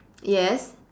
yes